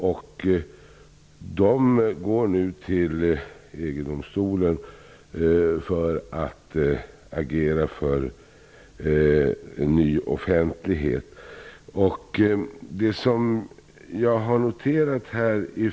Nederländerna går nu till EG-domstolen för att agera för ett nytt ställningstagande till frågan om offentlighet.